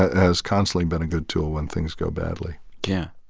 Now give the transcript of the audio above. has constantly been a good tool when things go badly yeah.